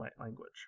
language